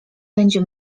będzie